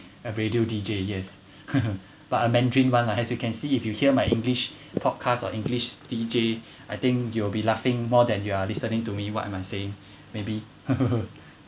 a radio D J yes but a mandarin one lah as you can see if you hear my english podcast or english D J I think you'll be laughing more than you are listening to me what am I saying maybe